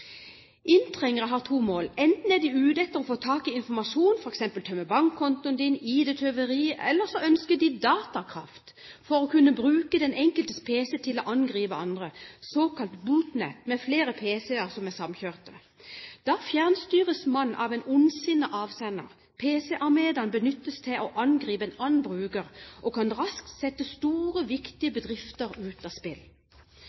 Inntrengere har to mål: Enten er de ute etter å få tak i informasjon, f.eks. tømme bankkontoen din, ID-tyveri, eller så ønsker de datakraft for å kunne bruke den enkeltes pc til å angripe andre, såkalt botnett med flere pc-er som er samkjørte. Da fjernstyres man av en ondsinnet avsender, pc-armadaen benyttes til å angripe en annen bruker og kan raskt sette store viktige